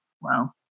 Wow